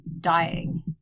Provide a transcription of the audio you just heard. dying